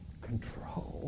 control